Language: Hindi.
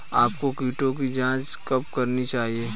आपको कीटों की जांच कब करनी चाहिए?